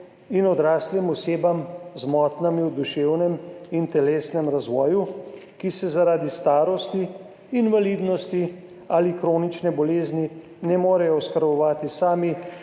in odraslim osebam z motnjami v duševnem in telesnem razvoju, ki se zaradi starosti, invalidnosti ali kronične bolezni ne morejo oskrbovati same